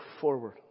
forward